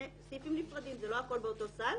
אלה סעיפים נפרדים, לא הכול באותו סל.